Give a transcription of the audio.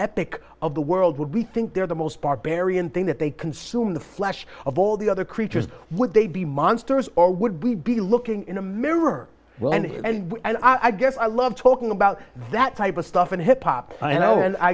epic of the world would we think they're the most barbarian thing that they consume the flesh of all the other creatures would they be monsters or would be be looking in a mirror well and i guess i love talking about that type of stuff in hip hop you know